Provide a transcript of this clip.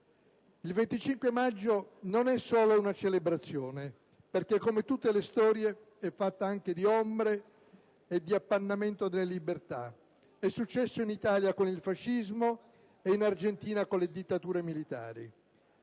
Il 25 maggio non è solo una celebrazione perché, come tutte le storie, è fatta anche di ombre e di appannamento delle libertà: è successo in Italia con il fascismo e in Argentina con le dittature militari.